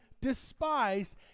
despised